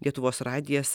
lietuvos radijas